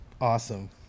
Awesome